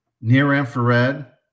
near-infrared